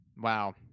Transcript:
Wow